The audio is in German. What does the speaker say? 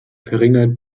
verringert